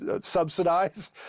subsidize